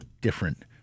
different